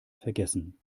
vergessen